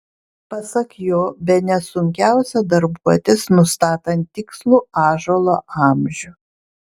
pasak jo bene sunkiausia darbuotis nustatant tikslų ąžuolo amžių